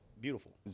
Beautiful